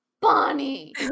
Bonnie